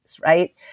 right